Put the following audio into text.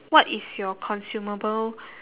what is your consumable